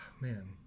man